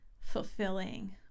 fulfilling